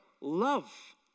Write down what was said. love